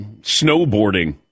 snowboarding